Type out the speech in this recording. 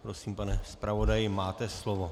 Prosím, pane zpravodaji, máte slovo.